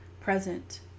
present